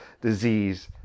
disease